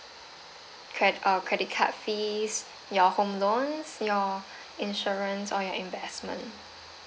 cred~ uh credit card fees your home loan your insurance or your investment